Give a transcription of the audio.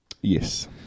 Yes